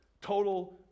total